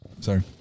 Sorry